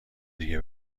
دیگه